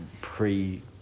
pre